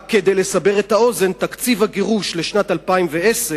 רק כדי לסבר את האוזן: תקציב הגירוש לשנת 2010,